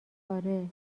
آره